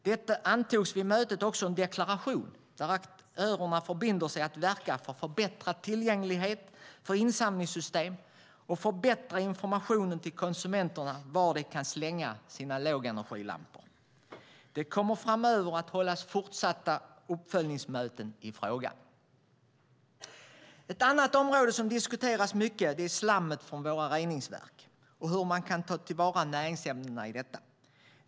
Det antogs vid mötet också en deklaration där aktörerna förbinder sig att verka för förbättrad tillgänglighet för insamlingssystem och förbättrad information till konsumenterna om var de kan slänga sina lågenergilampor. Det kommer framöver att hållas fortsatta uppföljningsmöten i frågan. Ett annat område som diskuteras mycket är slammet från våra reningsverk och hur man kan ta till vara näringsämnena i detta.